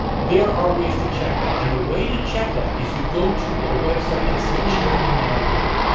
there are ways to check that. and the way to check that is you go to a website like, say, charity navigator,